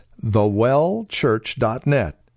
thewellchurch.net